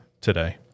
today